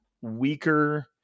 weaker